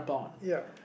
ya